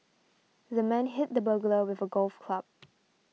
the man hit the burglar with a golf club